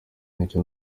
nicyo